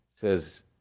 says